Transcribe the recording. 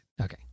Okay